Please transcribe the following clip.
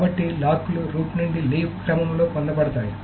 కాబట్టి లాక్ లు రూట్ నుండి లీఫ్ క్రమంలో పొందబడతాయి